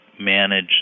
manage